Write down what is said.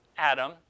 Adam